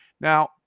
Now